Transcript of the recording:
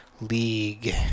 League